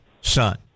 son